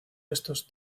estos